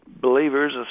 believers